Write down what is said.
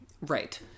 Right